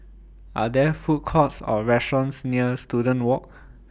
Are There Food Courts Or restaurants near Student Walk